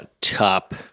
top